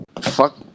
fuck